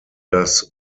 das